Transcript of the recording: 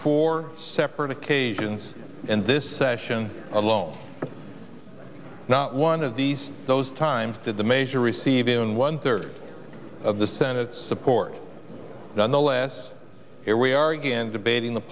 four separate occasions in this session alone not one of these those times did the measure receive even one third of the senate support nonetheless here we are again debating the